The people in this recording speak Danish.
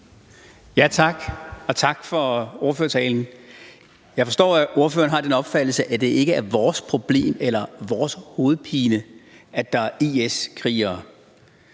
Tak, og tak for ordførertalen. Jeg forstår, at ordføreren har den opfattelse, at det ikke er vores problem eller vores hovedpine, at der er IS-krigere.